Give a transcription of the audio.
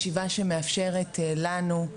ישיבה שמאפשרת לנו,